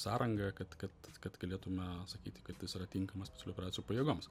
sąranga kad kad kad galėtume sakyti kad jis yra tinkamas specialiųjų operacijų pajėgoms